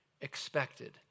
expected